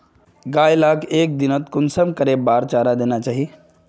गाय लाक एक दिनोत कुंसम करे बार चारा देना चही?